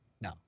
No